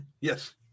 Yes